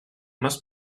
must